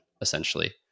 essentially